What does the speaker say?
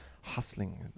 Hustling